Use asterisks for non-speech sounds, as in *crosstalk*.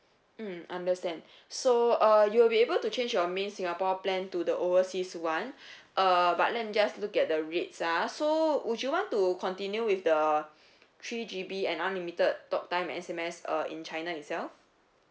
mm understand so uh you'll be able to change your main singapore plan to the overseas one *breath* uh but then just look at the rates ah so would you want to continue with the three G_B and unlimited talk time S_M_S uh in china itself